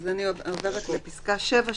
אני עוברת לפסקה (7),